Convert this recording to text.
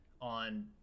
on